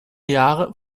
jahre